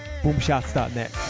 Boomshots.net